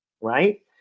right